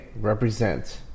represent